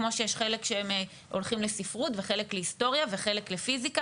כמו שיש חלק שהולכים לספרות וחלק להיסטוריה וחלק לפיזיקה